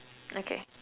okay